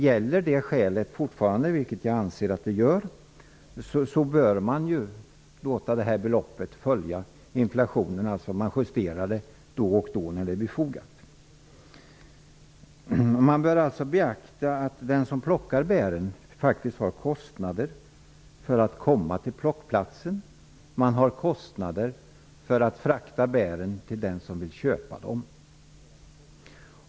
Gäller det skälet fortfarande, vilket jag anser att det gör, bör man låta beloppet följa inflationen. Man justerar det alltså då och då, när det är befogat. Man bör beakta att den som plockar bären faktiskt har kostnader för att komma till plockplatsen. Man har kostnader för att frakta bären till den som vill köpa dem.